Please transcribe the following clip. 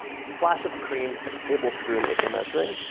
splash of cream, a tablespoon if you're measuring.